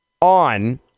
on